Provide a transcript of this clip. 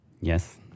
Yes